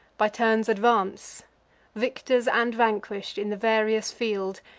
by turns advance victors and vanquish'd, in the various field,